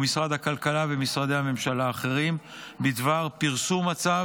משרד הכלכלה ומשרדי הממשלה האחרים בדבר פרסום הצו